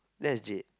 legit